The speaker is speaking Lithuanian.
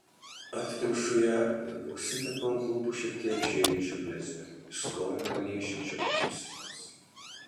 atkemšu ją ir užsitepu ant lūpų šiek tiek žėrinčio blizgio iš skonio panėšinčio į keksiukus